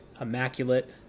immaculate